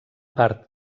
part